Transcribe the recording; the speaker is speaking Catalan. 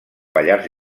pallars